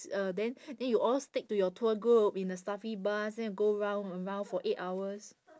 uh then then you all stick to your tour group in a stuffy bus then you go round and round for eight hours